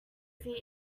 feet